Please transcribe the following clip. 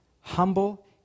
humble